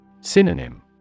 Synonym